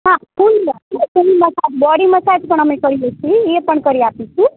હા full body massage body massage પણ અમે કરીએ છીએ એ પણ કરી આપીશું